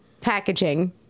packaging